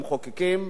למחוקקים: